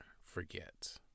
forget